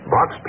Box